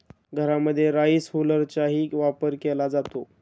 घरांमध्ये राईस हुलरचाही वापर केला जातो